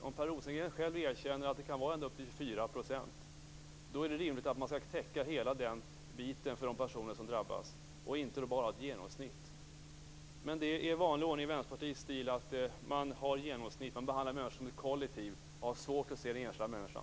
Om Per Rosengren själv erkänner att det kan vara ända upp till 24 %, är det rimligt att man skall täcka hela den biten för de personer som drabbas, inte bara ha ett genomsnitt. Men det är Vänsterpartiets vanliga stil. Man har genomsnitt. Man behandlar människor som ett kollektiv och har svårt att se den enskilda människan.